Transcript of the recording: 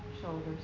shoulders